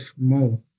more